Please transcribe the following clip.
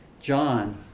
John